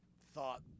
thought